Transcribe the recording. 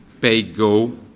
pay-go